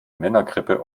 männergrippe